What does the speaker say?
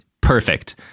perfect